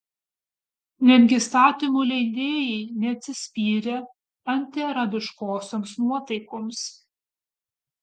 netgi įstatymų leidėjai neatsispyrė antiarabiškosioms nuotaikoms